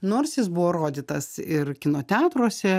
nors jis buvo rodytas ir kino teatruose